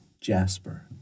jasper